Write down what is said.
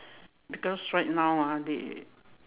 because right now ah they